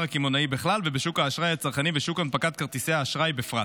הקמעונאי בכלל ובשוק האשראי הצרכני ושוק הנפקת כרטיסי האשראי בפרט.